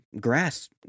grass